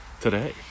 today